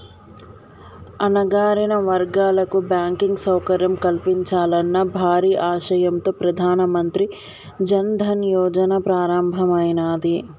అణగారిన వర్గాలకు బ్యాంకింగ్ సౌకర్యం కల్పించాలన్న భారీ ఆశయంతో ప్రధాన మంత్రి జన్ ధన్ యోజన ప్రారంభమైనాది